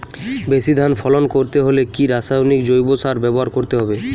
বেশি ধান ফলন করতে হলে কি রাসায়নিক জৈব সার ব্যবহার করতে হবে?